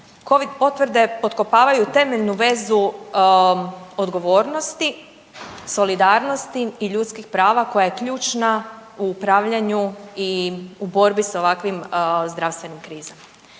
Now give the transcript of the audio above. Covid potvrde potkopavaju temeljnu vezu odgovornosti, solidarnosti i ljudskih prava koja je ključna u upravljanju i u borbi s ovakvim zdravstvenim krizama.